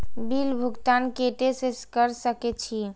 Bill भुगतान केते से कर सके छी?